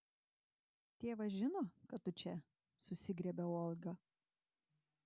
tėvas žino kad tu čia susigriebia olga